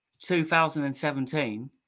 2017